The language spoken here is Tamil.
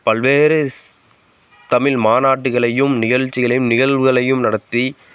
பல்வேறு ஸ் தமிழ் மாநாட்டுகளையும் நிகழ்ச்சிகளையும் நிகழ்வுகளையும் நடத்தி